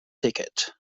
ticket